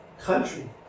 Country